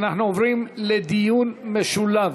אנחנו עוברים לדיון משולב